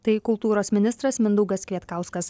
tai kultūros ministras mindaugas kvietkauskas